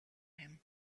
them